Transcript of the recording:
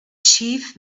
chief